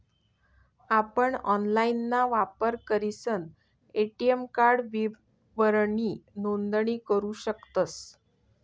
आपण ऑनलाइनना वापर करीसन ए.टी.एम कार्ड विवरणनी नोंदणी करू शकतस